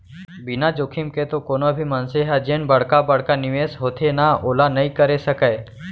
बिना जोखिम के तो कोनो भी मनसे ह जेन बड़का बड़का निवेस होथे ना ओला नइ करे सकय